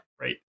right